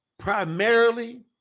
Primarily